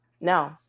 No